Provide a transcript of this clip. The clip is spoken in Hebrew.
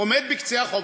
עומד בקצה הרחוב,